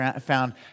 found